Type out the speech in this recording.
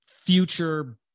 Future